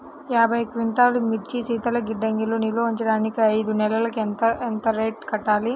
యాభై క్వింటాల్లు మిర్చి శీతల గిడ్డంగిలో నిల్వ ఉంచటానికి ఐదు నెలలకి ఎంత రెంట్ కట్టాలి?